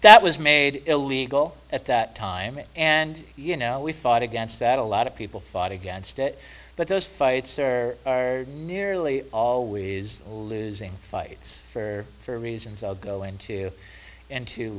that was made illegal at that time and you know we fought against that a lot of people thought against it but those fights there are nearly always losing fights where for reasons i'll go into into